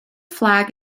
flag